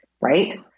right